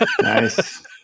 Nice